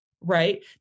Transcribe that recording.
Right